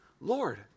Lord